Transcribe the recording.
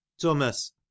thomas